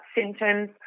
symptoms